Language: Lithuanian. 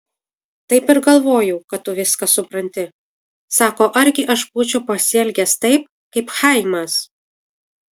taip ir galvojau kad tu viską supranti sako argi aš būčiau pasielgęs taip kaip chaimas